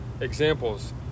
examples